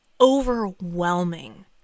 overwhelming